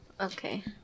okay